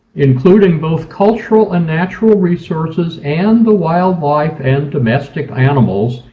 including both cultural and natural resources and the wildlife and domestic animals,